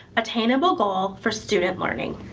attainable goal for student learning.